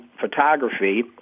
Photography